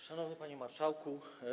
Szanowny Panie Marszałku!